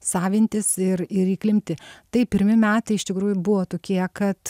savintis ir ir įklimpti taip pirmi metai iš tikrųjų buvo tokie kad